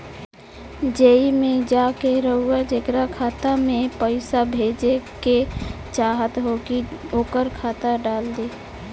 एईमे जा के रउआ जेकरा खाता मे पईसा भेजेके चाहत होखी ओकर खाता डाल दीं